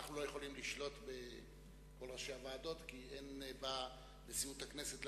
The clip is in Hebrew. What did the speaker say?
אנחנו לא יכולים לשלוט בראשי הוועדות כי אין בנשיאות הכנסת,